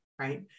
right